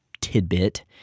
tidbit